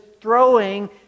throwing